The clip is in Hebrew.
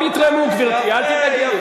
כולם יתרמו, גברתי, אל תדאגי.